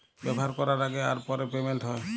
ব্যাভার ক্যরার আগে আর পরে পেমেল্ট হ্যয়